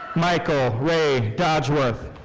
michael ray dodsworth.